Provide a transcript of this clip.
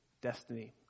destiny